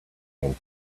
and